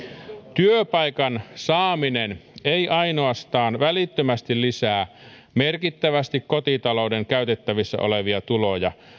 työpaikan saaminen ei ainoastaan välittömästi lisää merkittävästi kotitalouden käytettävissä olevia tuloja